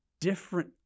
different